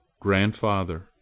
Grandfather